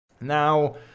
now